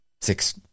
six